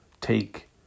take